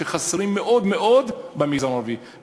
שחסרים מאוד מאוד במגזר הערבי.